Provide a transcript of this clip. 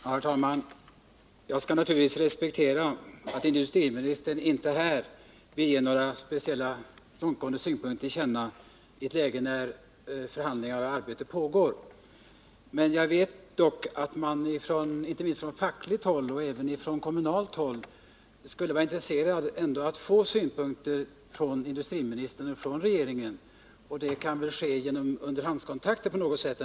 Herr talman! Jag skall naturligtvis respektera att industriministern inte här vill ge några speciella och långtgående synpunkter till känna i ett läge när förhandlingar och arbete pågår. Men jag vet att man inte minst från fackligt håll — och även från kommunalt håll — ändå är intresserad av att få ta del av industriministerns och regeringens synpunkter på detta. Det skulle kunna ske genom underhandskontakt eller på annat sätt.